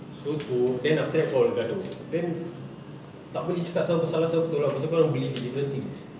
so to them after that korang gaduh then tak boleh cakap salah siapa pasal korang believe in different things